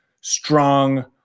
strong